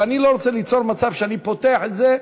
ואני לא רוצה ליצור מצב שאני פותח את זה,